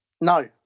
No